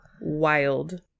Wild